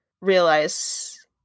realize